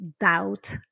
doubt